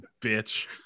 bitch